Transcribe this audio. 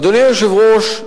אדוני היושב-ראש,